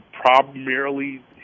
primarily